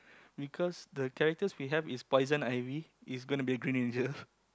because the characters we have is poison ivy is gonna be green ranger